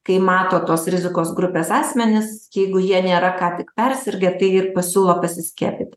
kai mato tos rizikos grupės asmenis jeigu jie nėra ką tik persirgę tai ir pasiūlo pasiskiepyt